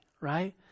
right